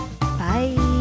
Bye